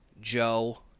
Joe